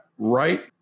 Right